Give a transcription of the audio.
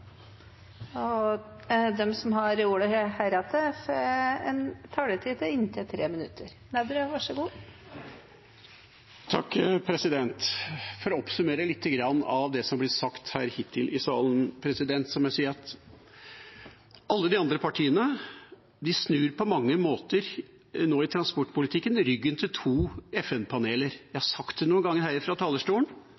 som heretter har ordet, har en taletid på inntil 3 minutter. For å oppsummere lite grann av det som har blitt sagt hittil her i salen, må jeg si at alle de andre partiene på mange måter nå i transportpolitikken snur ryggen til to FN-paneler. Jeg